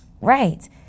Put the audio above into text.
Right